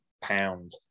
pound